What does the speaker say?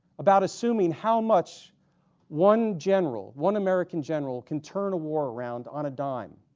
about assuming how much one general one american general can turn a war around on a dime